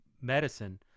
medicine